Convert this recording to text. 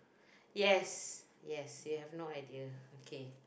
yes yes you have no idea okay